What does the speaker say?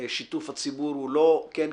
שיתוף הציבור הוא לא "כן,